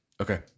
Okay